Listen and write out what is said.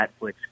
Netflix